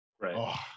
Right